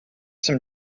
some